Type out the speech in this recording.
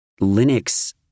Linux